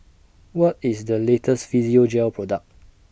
What IS The latest Physiogel Product